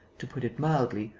to put it mildly,